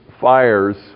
fires